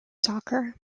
soccer